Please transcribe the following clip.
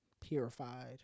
purified